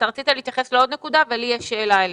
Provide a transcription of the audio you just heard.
אתה רצית להתייחס לעוד נקודה לי יש שאלה אליך.